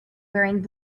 wearing